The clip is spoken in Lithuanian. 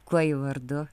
kuo ji vardu